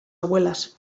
abuelas